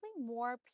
more